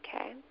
Okay